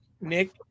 Nick